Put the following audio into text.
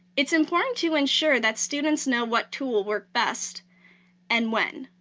it's important to ensure that students know what tool work best and when.